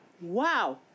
wow